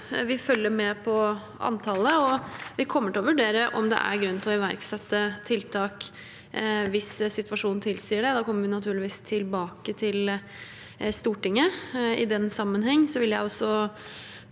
Vi følger med på antallet, og vi kommer til å vurdere om det er grunn til å iverksette tiltak hvis situasjonen tilsier det. Da kommer vi naturligvis tilbake til Stortinget. I den sammenheng vil jeg også